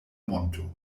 monto